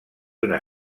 una